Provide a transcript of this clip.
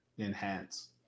Enhance